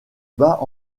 bas